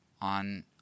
on